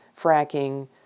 fracking